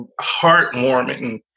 heartwarming